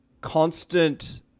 constant